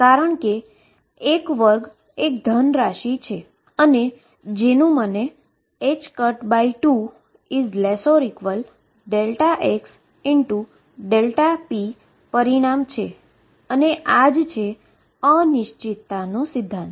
કારણ કે એક વર્ગ એક ધન રાશી છે અને જેનુ મને 2≤ΔxΔp પરિણામ છે અને આ જ છે અનસર્ટેનીટી પ્રિંન્સીપલ